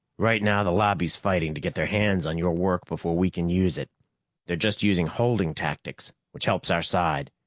right now the lobby's fighting to get their hands on your work before we can use it they're just using holding tactics, which helps our side.